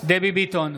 דבי ביטון,